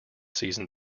season